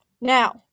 Now